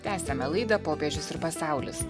tęsiame laidą popiežius ir pasaulis